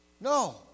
No